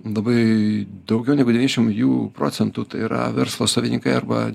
labai daugiau negu devyniašim jų procentų tai yra verslo savininkai arba